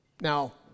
Now